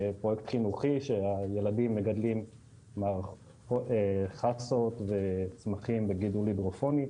פרויקט חינוכי שהילדים מגדלים חסות וצמחים בגידול הידרופוני.